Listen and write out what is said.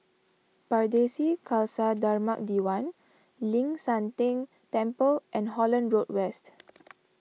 Pardesi Khalsa Dharmak Diwan Ling San Teng Temple and Holland Road West